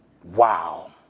Wow